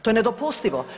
To je nedopustivo.